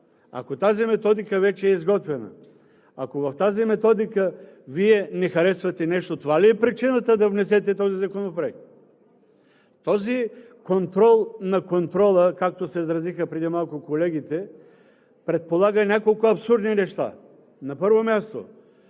Ако тази методика вече е изготвена, ако в тази методика Вие не харесвате нещо, това ли е причина да внесете този законопроект? Този контрол, както се изразиха преди малко колегите, предполага няколко абсурдни неща. На първо място,